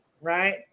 right